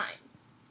times